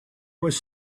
was